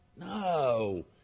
No